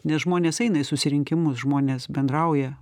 nes žmonės eina į susirinkimus žmonės bendrauja